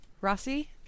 Rossi